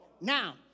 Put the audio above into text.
Now